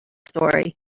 story